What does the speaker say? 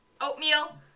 Oatmeal